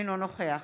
אינו נוכח